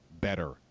better